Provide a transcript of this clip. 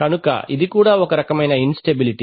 కనుక ఇది కూడా ఒక రకమైనఇన్ స్టెబిలిటీ